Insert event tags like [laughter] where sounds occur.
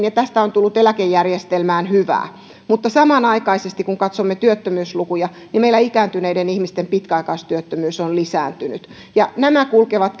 [unintelligible] ja tästä on tullut eläkejärjestelmään hyvää mutta samanaikaisesti kun katsomme työttömyyslukuja meillä ikääntyneiden ihmisten pitkäaikaistyöttömyys on lisääntynyt ja nämä kulkevat [unintelligible]